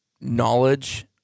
knowledge